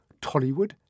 Tollywood